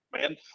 man